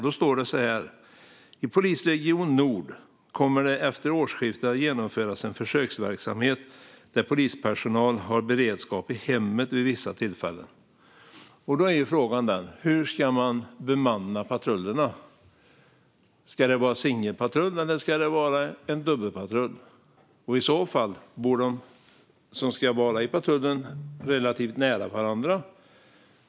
Det står så här: "I polisregion Nord kommer det efter årsskiftet att genomföras en försöksverksamhet där polispersonal har beredskap i hemmet vid vissa tillfällen." Då är frågan: Hur ska man bemanna patrullerna? Ska det vara en singelpatrull? Eller ska det vara en dubbelpatrull? I så fall: Bor de som ska ingå i patrullen relativt nära varandra?